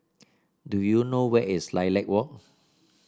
do you know where is Lilac Walk